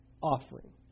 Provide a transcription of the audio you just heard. offering